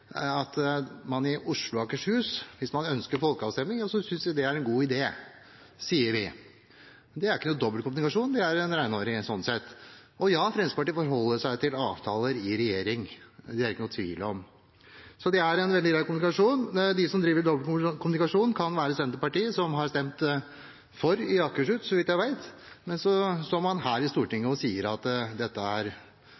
at hvis man ønsker folkeavstemning i Oslo og Akershus, synes vi det er en god idé. Det sier vi. Det er ikke dobbeltkommunikasjon – det er helt renhårig. Og ja, Fremskrittspartiet forholder seg til avtaler vi har inngått i regjeringen. Det er det ikke noen tvil om. Så det er en veldig grei kommunikasjon. De som driver med dobbeltkommunikasjon, kan være Senterpartiet, som har stemt for i Akershus, så vidt jeg vet, og så står man her i